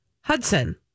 Hudson